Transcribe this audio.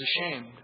ashamed